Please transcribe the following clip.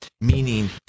meaning